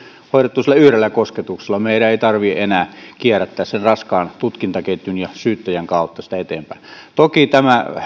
hoidettua sillä yhdellä kosketuksella meidän ei tarvitse enää kierrättää sen raskaan tutkintaketjun ja syyttäjän kautta näitä tapauksia eteenpäin toki tämä